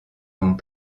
n’ont